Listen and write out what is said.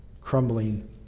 crumbling